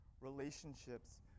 relationships